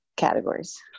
Categories